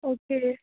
okay